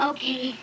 Okay